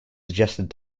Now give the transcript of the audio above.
suggested